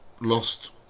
lost